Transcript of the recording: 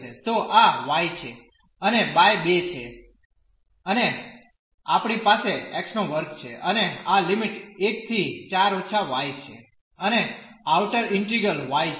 તો આ y છે અને બાય 2 છે અને આપણી પાસે x2 છે અને આ લિમિટ 1 થી 4− y છે અને આઉટર ઈન્ટિગ્રલ y છે